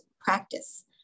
practice